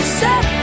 set